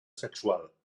sexual